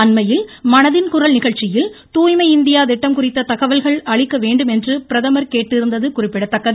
அண்மையில் மனதின் குரல் நிகழ்ச்சியில் தூய்மை இந்தியா திட்டம் குறித்த தகவல்கள் அளிக்க வேண்டுமென்று பிரதமர் கேட்டிருந்தது குறிப்பிடத்தக்கது